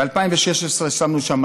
ב-2016 שמנו שם,